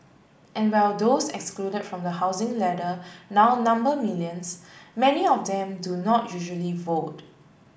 and while those excluded from the housing ladder now number millions many of them do not usually vote